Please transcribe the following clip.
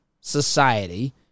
society